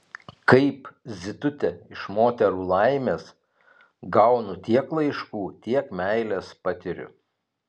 kaip zitutė iš moterų laimės gaunu tiek laiškų tiek meilės patiriu